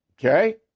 Okay